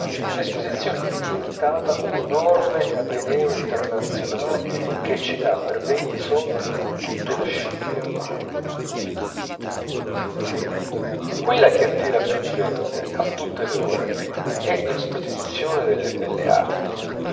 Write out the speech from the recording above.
l'esposizione è diventata un enorme ateneo internazionale che ci dà per venti soldi tutto lo scibile umano quella che attira più gente a tutte le ore è l'esposizione delle belle arti